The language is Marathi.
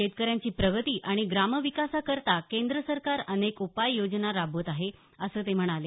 शेतकऱ्यांची प्रगती आणि ग्रामविकासाकरता केंद्र सरकार अनेक उपाय योजना राबवत आहे असं ते म्हणाले